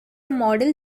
model